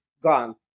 gone